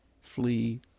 flee